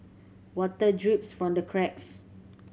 water drips from the cracks